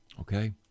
Okay